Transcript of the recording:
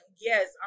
Yes